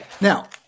Now